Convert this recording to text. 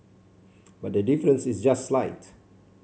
but the difference is just slight